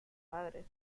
padre